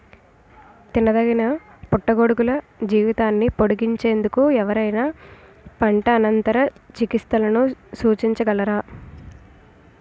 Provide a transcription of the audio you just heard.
తినదగిన పుట్టగొడుగుల జీవితాన్ని పొడిగించేందుకు ఎవరైనా పంట అనంతర చికిత్సలను సూచించగలరా?